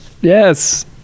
yes